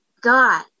God